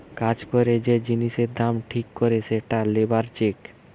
কাজ করে যে জিনিসের দাম ঠিক করে সেটা লেবার চেক